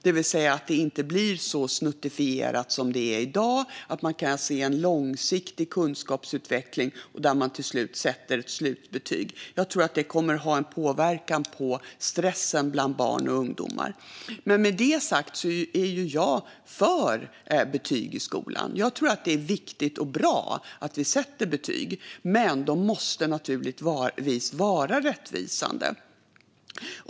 Det blir inte så snuttifierat som det är i dag, utan man kommer att kunna se en långsiktig kunskapsutveckling där man till slut sätter ett slutbetyg. Jag tror att det kommer att ha en påverkan på stressen bland barn och ungdomar. Med detta sagt är jag för betyg i skolan. Jag tror att det är viktigt och bra att vi sätter betyg. Men de måste naturligtvis vara rättvisande.